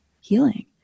healing